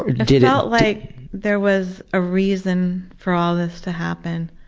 it felt like there was a reason for all this to happen.